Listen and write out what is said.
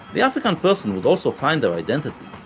the african person would also find their identity,